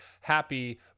happy